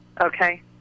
Okay